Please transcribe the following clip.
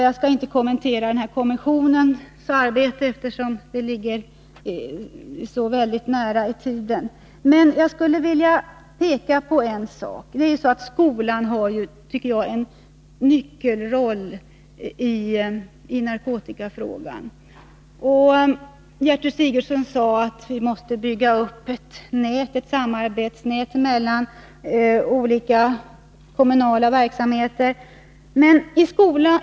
Jag skall inte kommentera den här kommissionens arbete, eftersom tillsättandet ligger så närai tiden. Men jag vill peka på en sak. Skolan har, tycker jag, en nyckelroll i narkotikafrågan. Gertrud Sigurdsen sade att vi måste bygga upp ett samarbetsnät mellan olika kommunala verksamheter.